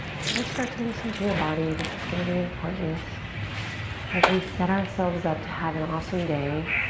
so just start to listen to you body. this is gonna be important as we set ourselves up to have an awesome day.